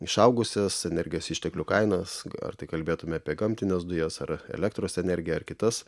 išaugusias energijos išteklių kainas ar tai kalbėtume apie gamtines dujas ar elektros energiją ar kitas